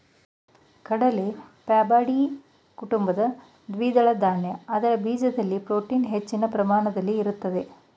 ಕಡಲೆ ಫ್ಯಾಬಾಯ್ಡಿಯಿ ಕುಟುಂಬದ ದ್ವಿದಳ ಧಾನ್ಯ ಅದರ ಬೀಜದಲ್ಲಿ ಪ್ರೋಟೀನ್ ಹೆಚ್ಚಿನ ಪ್ರಮಾಣದಲ್ಲಿರ್ತದೆ